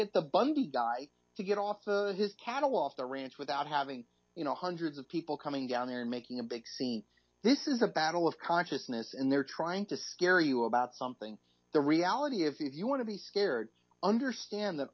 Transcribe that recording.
get the bundy guy to get off his cattle off the ranch without having you know hundreds of people coming down there making a big c this is a battle of consciousness and they're trying to scare you about something the reality if you want to be scared understand that